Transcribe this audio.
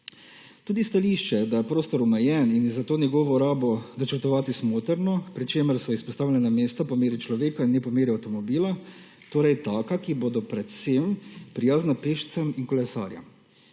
Tudi stališče, da je prostor omejen in je zato njegovo rabo načrtovati smotrno, pri čemer so izpostavljena mesta po meri človeka in ne po meri avtomobila, torej taka, ki bodo predvsem prijazna pešcem in kolesarjem.